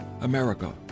America